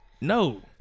No